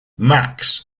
max